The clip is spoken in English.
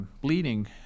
bleeding